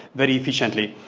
very efficiently.